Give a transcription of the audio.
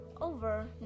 over